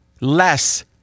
less